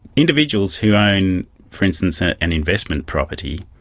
individuals who own, for instance, an investment property,